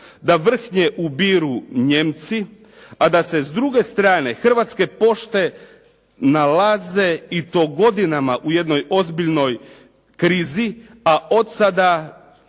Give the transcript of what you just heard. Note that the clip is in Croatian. da vrhnje ubiru Nijemci a da se s druge strane Hrvatske pošte nalaze i to godinama u jednoj ozbiljnoj krizi a od sada,